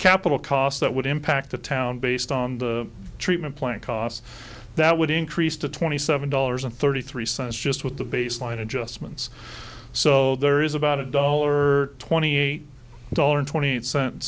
capital costs that would impact the town based on the treatment plan costs that would increase to twenty seven dollars and thirty three cents just with the baseline adjustments so there is about a dollar twenty eight dollars twenty eight cents